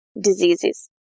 diseases